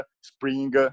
spring